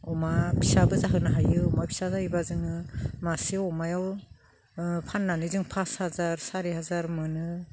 अमा फिसाबो जाहोनो हायो अमा फिसा जायोबा जोङो मासे अमायाव फाननानै जों पास हाजार सारि हाजार मोनो